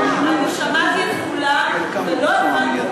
אני שמעתי את כולם ולא הבנתי,